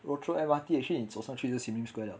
rochor M_R_T actually 你走上去就 sim lim square liao